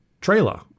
trailer